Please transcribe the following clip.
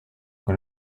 con